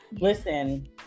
listen